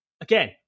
Again